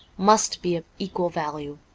must be of equal value.